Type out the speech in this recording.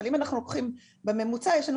אבל אם אנחנו לוקחים בממוצע אז יש לנו